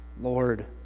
Lord